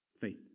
Faith